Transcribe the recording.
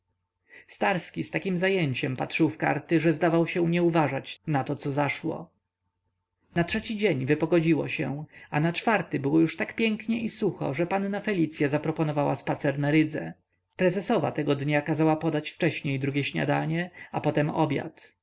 starski z takim zajęciem patrzył w karty że zdawał się nie uważać nato co zaszło na trzeci dzień wypogodziło się a na czwarty było już tak pięknie i sucho że panna felicya zaproponowała spacer na rydze prezesowa tego dnia kazała podać wcześniej drugie śniadanie a później obiad